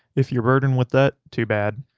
if you're burdened with that too bad,